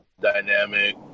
dynamic